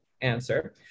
answer